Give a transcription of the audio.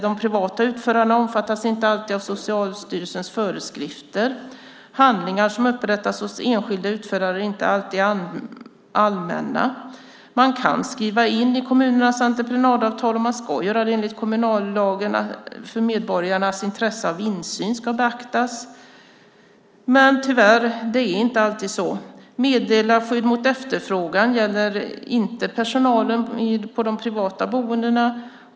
De privata utförarna omfattas inte alltid av Socialstyrelsens föreskrifter. Handlingar som upprättas hos enskilda utförare är inte alltid allmänna. Enligt kommunallagen ska man skriva in i kommunernas entreprenadavtal att medborgarnas intresse av insyn ska beaktas. Men tyvärr är det inte alltid så. Meddelarskydd mot efterfrågan gäller inte personalen på de privata boendena.